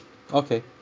okay